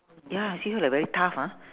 ya I see her like very tough ah